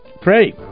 Pray